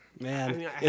man